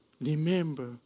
Remember